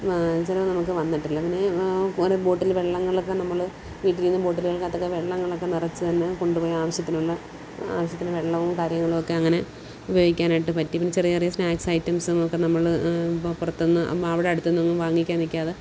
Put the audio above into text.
ചിലവ് നമുക്ക് വന്നിട്ടില്ല പിന്നെ ഒരു ബോട്ടില് വെള്ളങ്ങളൊക്കെ നമ്മൾ വീട്ടിൽ നിന്ന് ബോട്ടിലിനകത്തൊക്കെ വെള്ളങ്ങളൊക്കെ നിറച്ച് തന്നെ കൊണ്ടുപോയി ആവശ്യത്തിനുള്ള ആവശ്യത്തിന് വെള്ളവും കാര്യങ്ങളൊക്കെ അങ്ങനെ ഉപയോഗിക്കാനായിട്ട് പറ്റി പിന്നെ ചെറിയ ചെറിയ സ്നാക്സ് ഐറ്റംസൊക്കെ നമ്മൾ പൊ പുറത്ത് നിന്ന് അം അവിടെ അടുത്ത്ന്ന് വാങ്ങിക്കാന് നിൽക്കാതെ